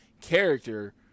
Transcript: character